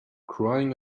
crying